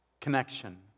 Connection